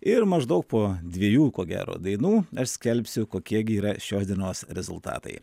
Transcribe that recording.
ir maždaug po dviejų ko gero dainų aš skelbsiu kokie gi yra šios dienos rezultatai